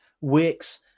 Wicks